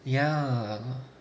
ya